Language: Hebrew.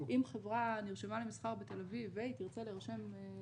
אם חברה נרשמה למסחר בתל אביב והיא תרצה להירשם,